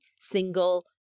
single